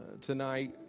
tonight